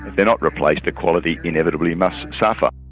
they're not replaced, the quality inevitably must suffer.